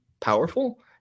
powerful